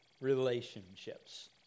relationships